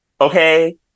Okay